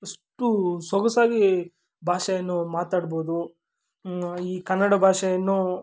ಅಷ್ಟು ಸೊಗಸಾಗಿ ಭಾಷೆಯನ್ನು ಮಾತಾಡ್ಬೋದು ಈ ಕನ್ನಡ ಭಾಷೆಯನ್ನು